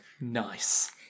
nice